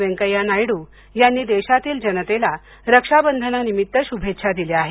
वेंकैय्या नायडू यांनी देशातील जनतेला रक्षाबंधना निमित्त शुभेच्छा दिल्या आहेत